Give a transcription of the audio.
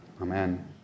Amen